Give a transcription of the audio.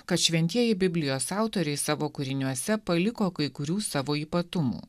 kad šventieji biblijos autoriai savo kūriniuose paliko kai kurių savo ypatumų